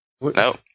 No